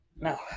No